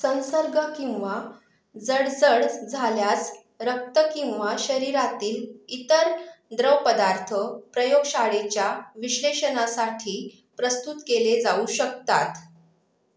संसर्ग किंवा जळजळ झाल्यास रक्त किंवा शरीरातील इतर द्रवपदार्थ प्रयोगशाळेच्या विश्लेषणासाठी प्रस्तुत केले जाऊ शकतात